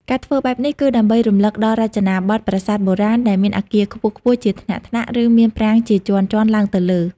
ការធ្វើបែបនេះ គឺដើម្បីរំលឹកដល់រចនាប័ទ្មប្រាសាទបុរាណ ដែលមានអគារខ្ពស់ៗជាថ្នាក់ៗ ឬមានប្រាង្គជាជាន់ៗឡើងទៅលើ។